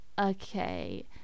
Okay